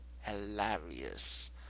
Hilarious